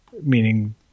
meaning